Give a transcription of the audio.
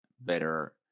better